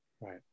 Right